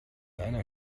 einer